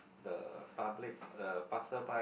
the public uh passerby